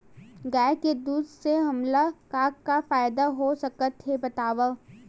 गाय के दूध से हमला का का फ़ायदा हो सकत हे बतावव?